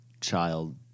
child